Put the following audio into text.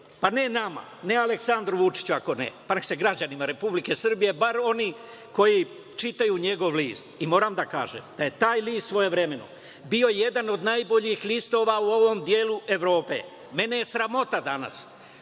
ne nama, ne Aleksandru Vučiću, barem se građanima Republike Srbije, barem onima koji čitaju njegov list. Moram da kažem da je taj list, svojevremeno, bio jedan od najboljih listova u ovom delu Evrope. Mene je sramota danas